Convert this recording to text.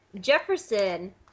Jefferson